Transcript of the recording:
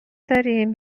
داریم